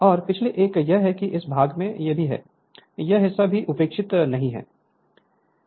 और पिछले एक यह है कि हम इस भाग में भी हैं यह हिस्सा भी उपेक्षित नहीं है